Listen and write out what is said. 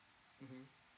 mmhmm